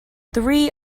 three